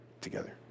together